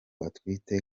atwite